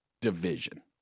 division